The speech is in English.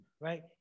right